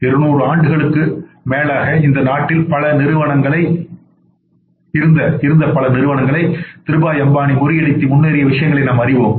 இருநூறு ஆண்டுகளுக்கும் மேலாக இந்த நாட்டில் இருந்த பல நிறுவனங்களை திருபாய் அம்பானி முறியடித்து முன்னேறிய விஷயங்களை நாம் அறிவோம்